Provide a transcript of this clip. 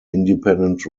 independent